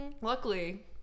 Luckily